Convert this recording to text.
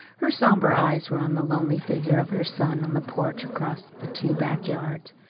her somber eyes were on the lonely figure of her son on the porch across the two back yards.